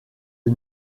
est